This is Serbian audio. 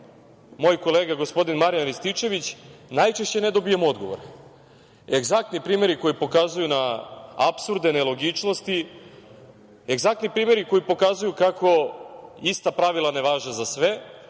moj kolega gospodin Marijan Rističević, najčešće ne dobijemo odgovor. Egzaktni primeri koji pokazuju na apsurde, nelogičnosti, egzaktni primeri koji pokazuju kako ista pravila ne važe za sve,